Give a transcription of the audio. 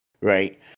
right